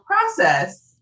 process